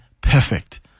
perfect